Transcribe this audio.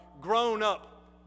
grown-up